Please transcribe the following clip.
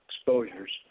exposures